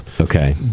Okay